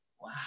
Wow